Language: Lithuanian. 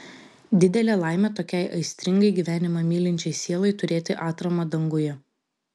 didelė laimė tokiai aistringai gyvenimą mylinčiai sielai turėti atramą danguje